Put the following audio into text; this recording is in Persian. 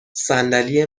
صندلی